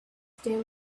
still